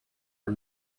are